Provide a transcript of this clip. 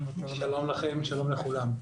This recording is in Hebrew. שלום לכם, שלום לכולם.